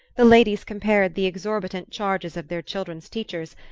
the ladies compared the exorbitant charges of their children's teachers,